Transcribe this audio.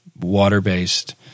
water-based